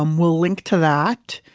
um we'll link to that.